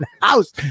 house